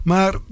Maar